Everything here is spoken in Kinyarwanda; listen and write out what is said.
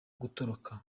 gutoroka